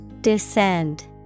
Descend